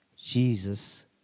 Jesus